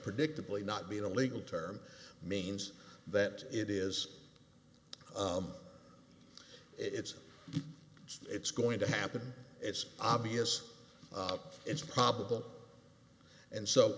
predictably not being a legal term means that it is it's it's going to happen it's obvious it's probable and so